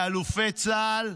באלופי צה"ל?